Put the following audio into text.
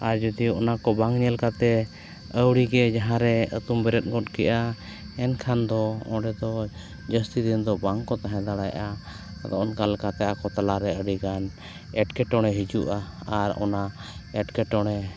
ᱟᱨ ᱡᱩᱫᱤ ᱚᱱᱟᱠᱚ ᱵᱟᱝ ᱧᱮᱞ ᱠᱟᱛᱮᱫ ᱟᱹᱣᱲᱤᱜᱮ ᱡᱟᱦᱟᱸᱨᱮ ᱟᱛᱳᱢ ᱵᱮᱨᱮᱫ ᱜᱚᱫ ᱠᱮᱫᱼᱟ ᱮᱱᱠᱷᱟᱱ ᱫᱚ ᱚᱸᱰᱮᱫᱚ ᱡᱟᱹᱥᱛᱤ ᱫᱤᱱᱫᱚ ᱵᱟᱝ ᱠᱚ ᱛᱟᱦᱮᱸ ᱫᱟᱲᱮᱭᱟᱜᱼᱟ ᱟᱫᱚ ᱚᱱᱠᱟ ᱞᱮᱠᱟᱛᱮ ᱟᱠᱚ ᱛᱟᱞᱟ ᱨᱮ ᱟᱹᱰᱤ ᱜᱟᱱ ᱮᱴᱠᱮᱴᱚᱬᱮ ᱦᱤᱡᱩᱜᱼᱟ ᱟᱨ ᱚᱱᱟ ᱮᱴᱠᱨᱴᱚᱬᱮ